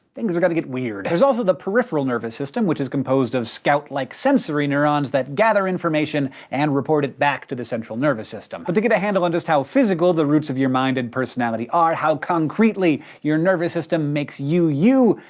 things are gonna get weird. there's also the peripheral nervous system, which is composed of scout-like sensory neurons that gather information and report it back to the central nervous system. but to get a handle on just how physical the roots of your mind and personality are, how concretely your nervous system makes you you,